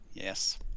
Yes